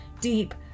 deep